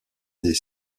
des